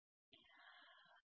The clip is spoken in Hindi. मिलीसीमेन्स